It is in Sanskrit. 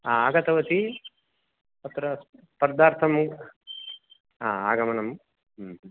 आगतवती अत्र स्पर्धार्थम् हा आगमनम् ह्म् ह्म्